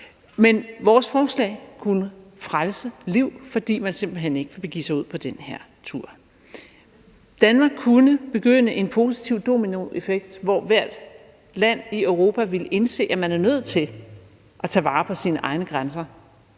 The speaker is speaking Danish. Men vores forslag kunne frelse liv, fordi man simpelt hen ikke ville begive sig ud på den her tur. Danmark kunne begynde en positiv dominoeffekt, hvor hvert land i Europa ville indse, at man er nødt til at tage vare på sine egne grænser